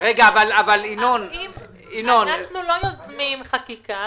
--- אנחנו לא יוזמים חקיקה.